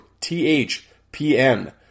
THPN